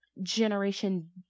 Generation